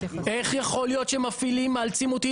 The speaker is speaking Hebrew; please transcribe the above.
איך יכול להיות שמפעילים מאלצים אותי